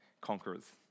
conquerors